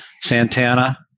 Santana